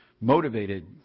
motivated